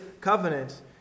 covenant